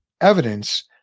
evidence